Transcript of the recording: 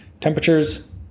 temperatures